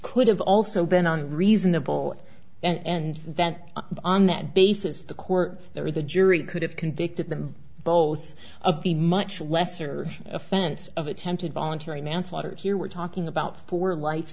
could have also been a reasonable and that on that basis the court or the jury could have convicted them both of the much lesser offense of attempted voluntary manslaughter here we're talking about four life